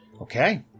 Okay